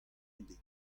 ebet